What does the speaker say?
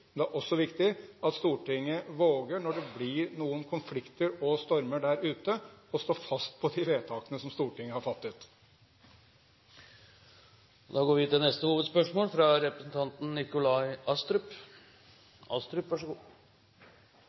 våger – når det blir noen konflikter og stormer der ute – å stå fast på de vedtakene som Stortinget har fattet. Vi går til neste hovedspørsmål.